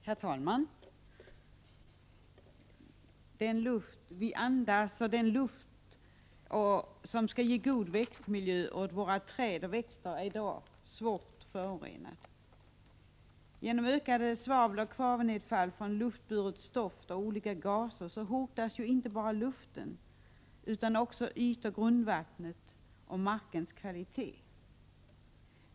Herr talman! Den luft som vi andas och den luft som skall ge god växtmiljö åt våra träd och växter är i dag svårt förorenad. På grund av ökade svaveloch kvävenedfall från luftburet stoft och gaser hotas inte bara luften utan också ytoch grundvatten samt markens kvalitet.